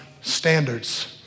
standards